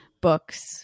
books